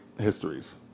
histories